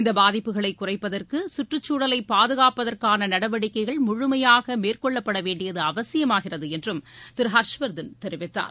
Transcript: இந்த பாதிப்புகளை குறைப்பதற்கு கற்றுச் சூழலை பாதுகாப்பதற்கான நடவடிக்கைகள் முழுமையாக மேற்கொள்ளப்பட வேண்டியது அவசியமாகிறது என்றும் திரு ஹர்ஷ்வர்தன் தெரிவித்தார்